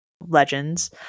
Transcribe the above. legends